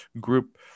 group